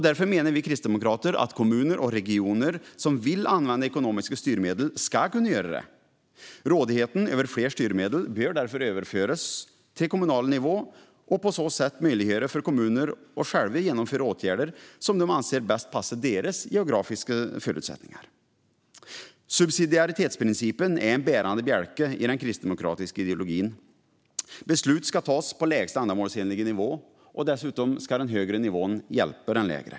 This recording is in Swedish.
Därför menar vi kristdemokrater att kommuner och regioner som vill använda ekonomiska styrmedel ska kunna göra det. Rådigheten över fler styrmedel bör därför överföras till kommunal nivå och på så sätt möjliggöra för kommuner att själva genomföra åtgärder som de anser bäst passar deras geografiska förutsättningar. Subsidiaritetsprincipen är en bärande bjälke i den kristdemokratiska ideologin. Beslut ska fattas på lägsta ändamålsenliga nivå. Dessutom ska de högre nivåerna hjälpa de lägre.